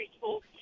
school